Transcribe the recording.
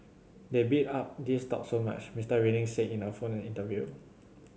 they bid up these stocks so much Mister Reading said in a phone interview